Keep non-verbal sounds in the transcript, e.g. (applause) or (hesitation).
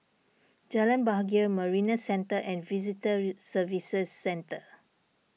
Jalan Bahagia Marina Centre and Visitor (hesitation) Services Centre